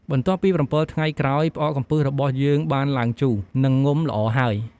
បន្ទាប់ពី៧ថ្ងៃក្រោយ ផ្អកកំពឹសរបស់យើងបានឡើងជូរ និងងំល្អហើយ។